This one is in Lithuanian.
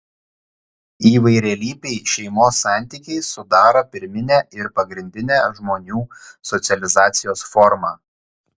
įvairialypiai šeimos santykiai sudaro pirminę ir pagrindinę žmonių socializacijos formą